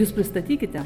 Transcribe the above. jūs nustatykite